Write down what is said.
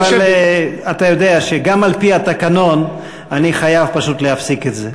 אבל אתה יודע שגם על-פי התקנון אני חייב פשוט להפסיק את זה.